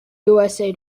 usa